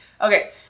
Okay